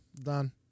Done